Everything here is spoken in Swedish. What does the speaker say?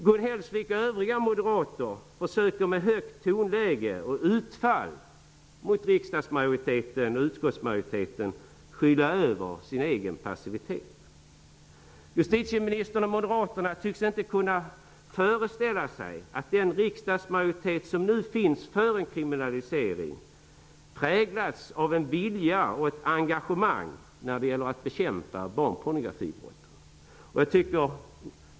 Gun Hellsvik och övriga moderater försöker med högt tonläge och med utfall mot riksdagsmajoriteten och utskottsmajoriteten att skyla över sin egen passivitet. Justitieministern och moderaterna tycks inte kunna föreställa sig att den riksdagsmajoritet som nu finns för en kriminalisering har präglats av en vilja och ett engagemang när det gäller att bekämpa barnpornografibrotten.